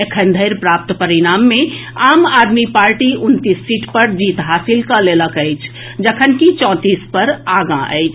एखन धरि प्राप्त परिणाम मे आम आदमी पार्टी उनतीस सीट पर जीत हासिल कऽ लेलक अछि जखनकि चौंतीस पर आगॉ अछि